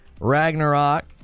Ragnarok